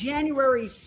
January